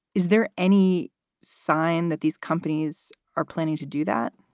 is there any sign that these companies are planning to do that?